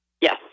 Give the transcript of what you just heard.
Yes